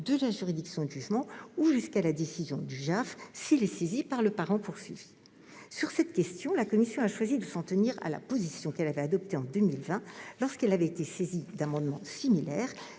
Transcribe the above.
de la juridiction de jugement ou la décision du juge aux affaires familiales, s'il est saisi par le parent poursuivi. Sur cette question, la commission a choisi de s'en tenir à la position qu'elle avait adoptée en 2020 lorsqu'elle avait été saisie d'amendements similaires,